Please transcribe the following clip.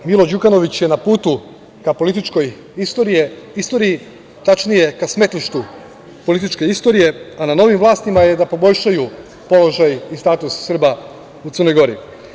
Milo Đukanović je na putu ka političkoj istoriji, tačnije ka smetlištu političke istorije, a na novim vlastima je da poboljšaju položaj i status Srba u Crnoj Gori.